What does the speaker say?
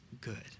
good